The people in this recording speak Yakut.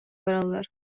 бараллар